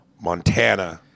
Montana –